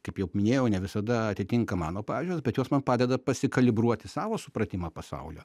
kaip jau minėjau ne visada atitinka mano pažiūras bet jos man padeda pasikalibruoti savo supratimą pasaulio